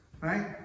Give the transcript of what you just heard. Right